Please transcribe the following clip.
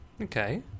Okay